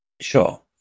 Sure